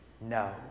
No